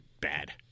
bad